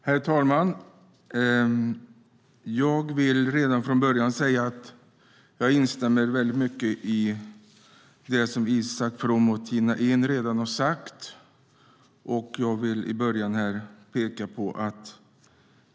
Herr talman! Jag vill redan från början säga att jag instämmer i väldigt mycket av det som Isak From och Tina Ehn har sagt.